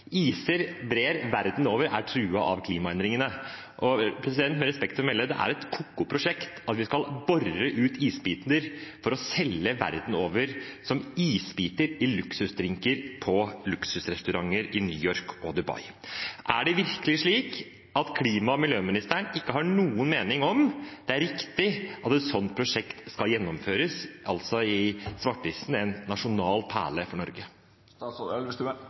verden over er truet av klimaendringene. Med respekt å melde: Det er et ko-ko prosjekt at vi skal bore ut isbiter for å selge dem verden over som isbiter i luksusdrinker på luksusrestauranter i New York og Dubai. Er det virkelig slik at klima- og miljøministeren ikke har noen mening om hvorvidt det er riktig at et slikt prosjekt skal gjennomføres i Svartisen, en nasjonal perle for